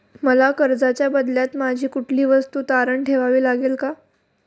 मला कर्जाच्या बदल्यात माझी कुठली वस्तू तारण ठेवावी लागेल का?